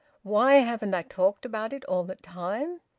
why haven't i talked about it all the time?